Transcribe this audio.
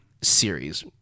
series